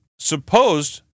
Supposed